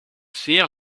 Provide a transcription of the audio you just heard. zeer